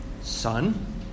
son